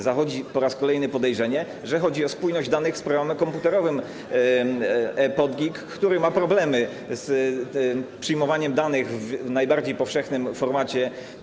Zachodzi po raz kolejny podejrzenie, że chodzi o spójność danych z programem komputerowym ePODGiK, który ma problemy z przyjmowaniem danych w najbardziej powszechnym formacie.